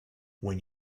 when